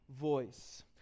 voice